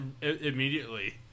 immediately